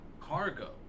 cargo